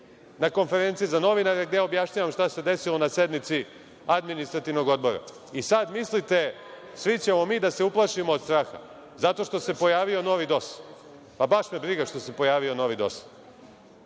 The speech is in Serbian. na konferenciji za novinare, gde objašnjavam šta se desilo na sednici Administrativnog odbora. I sada mislite svi ćemo mi da se uplašimo od straha zato što se pojavio novi DOS.Baš me briga što se pojavio novi DOS.